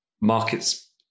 markets